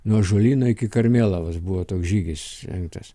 nuo žolyno iki karmėlavos buvo toks žygis rengtas